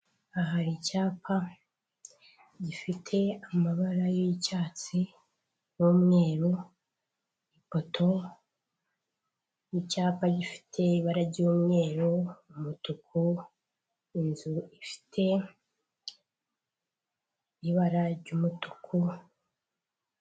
Aha hari icyapa gifite amabara y'icyatsi n'umweru, ipoto y'icyapa gifite ibara ry'umweru, umutuku, inzu ifite ibara ry'umutuku.